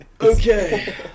Okay